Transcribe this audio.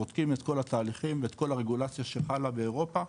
בודקים את כל ההליכים ואת כל הרגולציה שחלה באירופה,